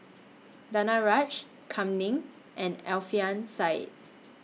Danaraj Kam Ning and Alfian Sa'at